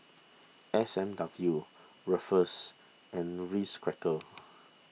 S and W Ruffles and Ritz Crackers